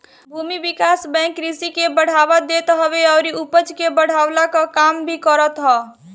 भूमि विकास बैंक कृषि के बढ़ावा देत हवे अउरी उपज के बढ़वला कअ काम भी करत हअ